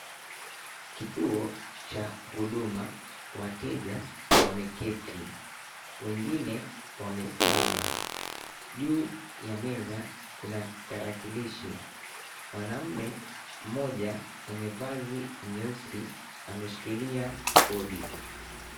Kituo cha huduma wateja wameketi wengine wamesimama, juu ya meza kuna tarakilishi, mwanaume mmoja mwenye vazi nyeusi ameshikilia body.